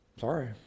Sorry